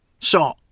So